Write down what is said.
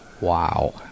Wow